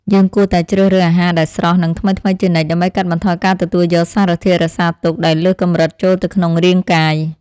យើងគួរតែជ្រើសរើសអាហារដែលស្រស់ និងថ្មីៗជានិច្ចដើម្បីកាត់បន្ថយការទទួលយកសារធាតុរក្សាទុកដែលលើសកម្រិតចូលទៅក្នុងរាងកាយ។